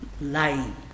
lying